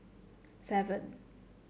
seven